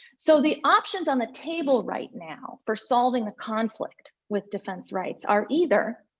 so the options on the table right now for solving the conflict with defense rights are either,